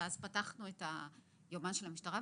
ואז פתחנו את היומן של המשטרה,